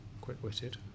quick-witted